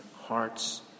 hearts